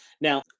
Now